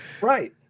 Right